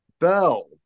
Bell